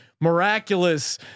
Miraculous